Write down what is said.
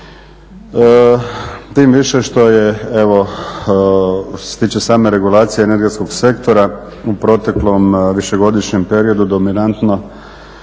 Tim više što je, što se tiče same regulacije energetskog sektora u proteklom višegodišnjem periodu dominantno